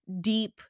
deep